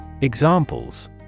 Examples